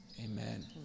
Amen